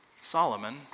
Solomon